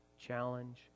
challenge